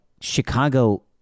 Chicago